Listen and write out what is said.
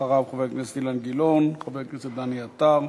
אחריו, חבר הכנסת אילן גילאון וחבר הכנסת דני עטר.